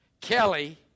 Kelly